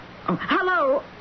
Hello